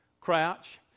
Crouch